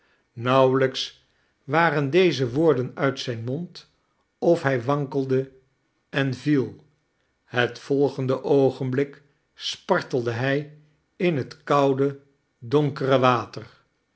nauwelijks waren deze woorden uit zijn mond of hij wankelde en viel het volgende oogenblik spartelde hij in het koude donkere water